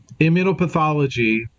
immunopathology